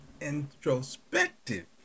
introspective